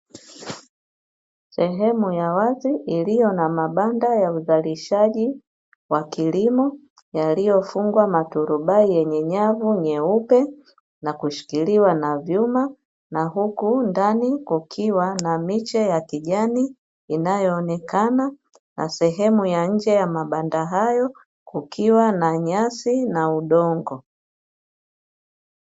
Sehemu ya wazi iliyo na mabanda ya uzalishaji wa kilimo yaliyofungwa maturubai yenye nyavu nyeupe, na kushikiliwa na vyuma, na huku ndani kukiwa na miche ya kijani inayoonekana, na sehemu ya nje ya mabanda hayo kukiwa na nyasi na udongo.